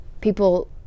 People